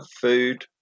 food